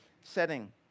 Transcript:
setting